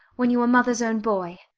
when you were mother's own boy.